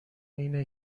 اینه